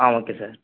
ah okay sir